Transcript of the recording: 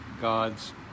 God's